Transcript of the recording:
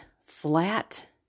flat